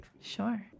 sure